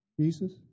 Jesus